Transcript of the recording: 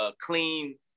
clean